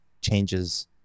changes